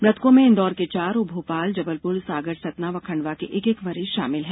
मृतकों में इंदौर के चार और भोपाल जबलपुर सागर सतना व खंडवा के एक एक मरीज शामिल हैं